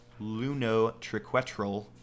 lunotriquetral